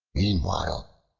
meanwhile,